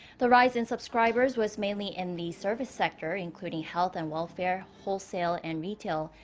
the rise in subscribers was mainly in the service sector, including health and welfare, wholesale and retail,